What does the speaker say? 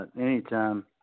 Anytime